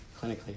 clinically